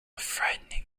frightening